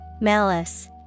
Malice